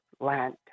land